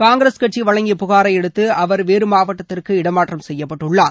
காங்கிரஸ் கட்சி வழங்கிய புகாரையடுத்து அவர் வேறு மாவட்டத்திற்கு இடமாற்றம் செய்யப்பட்டள்ளார்